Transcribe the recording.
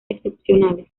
excepcionales